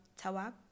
Tawab